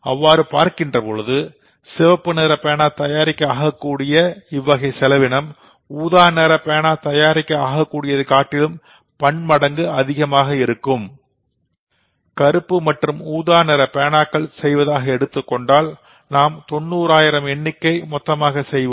அவ்வாறு பார்க்கின்ற பொழுது சிவப்பு நிற பேனா தயாரிக்க ஆகக்கூடிய இவ்வகை செலவினம் ஊதா நிற பேனா தயாரிக்க ஆகக்கூடியதைக் காட்டிலும் பன்மடங்கு அதிகமாக இருக்கும் கருப்பு மற்றும் ஊதா நிற பேனா செய்வதாக எடுத்துக்கொண்டால் நாம் 90000 எண்ணிக்கை மொத்தமாக செய்வோம்